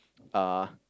uh